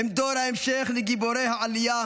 הם דור ההמשך לגיבורי העלייה.